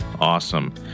Awesome